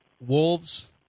Wolves